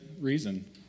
reason